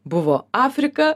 buvo afrika